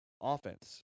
offense